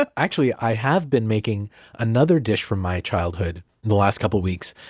but actually, i have been making another dish from my childhood the last couple of weeks.